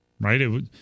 Right